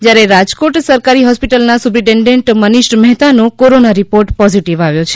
જ્યારે રાજકોટ સરકારી હોસ્પિટલના સુપ્રિટેન્ડેન્ટ મનીષ મહેતાનો કોરોના રિપોર્ટ પોઝીટીવ આવ્યો છે